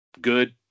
good